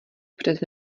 přes